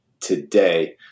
today